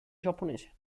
giapponese